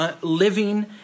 living